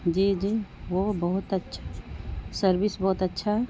جی جی وہ بہت اچھا سروس بہت اچھا